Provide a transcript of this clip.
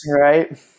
right